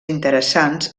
interessants